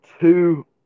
two